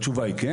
התשובה היא כן.